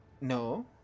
No